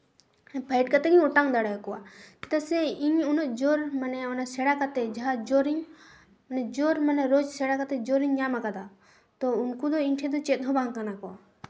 fight ᱠᱟᱛᱮ ᱜᱮᱧ ᱚᱴᱟᱝ ᱫᱟᱲᱮ ᱠᱚᱣᱟ ᱪᱮᱫᱟᱜ ᱥᱮ ᱤᱧ ᱩᱱᱟᱹᱜ ᱡᱳᱨ ᱢᱟᱱᱮ ᱚᱱᱟ ᱥᱮᱬᱟ ᱠᱟᱛᱮ ᱡᱟᱦᱟᱸ ᱡᱚᱨ ᱤᱧ ᱡᱳᱨ ᱢᱟᱱᱮ ᱨᱳᱡᱽ ᱥᱮᱬᱟ ᱠᱟᱛᱮ ᱡᱳᱨ ᱤᱧ ᱧᱟᱢ ᱠᱟᱫᱟ ᱛᱳ ᱩᱱᱠᱩ ᱫᱚ ᱤᱧ ᱴᱷᱮᱡ ᱪᱮᱫ ᱦᱚᱸ ᱵᱟᱝ ᱠᱟᱱᱟᱠᱚ